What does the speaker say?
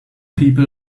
people